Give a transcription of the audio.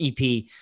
EP